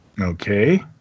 Okay